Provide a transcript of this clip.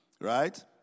Right